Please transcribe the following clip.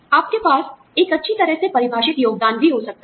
आपके पास एक अच्छी तरह से परिभाषित योगदान भी हो सकता है